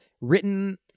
written